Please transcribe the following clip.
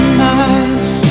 nights